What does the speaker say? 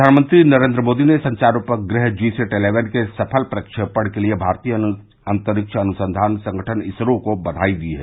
प्रधानमंत्री नरेन्द्र मोदी ने संचार उपग्रह जी सैट इलेवन के सफल प्रक्षेपण के लिए भारतीय अंतरिक्ष अनुसंधान संगठन इसरो को बधाई दी है